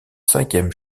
cinquième